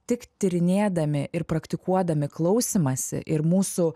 tik tyrinėdami ir praktikuodami klausymąsi ir mūsų